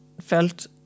felt